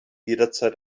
jederzeit